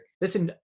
listen